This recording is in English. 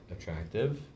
attractive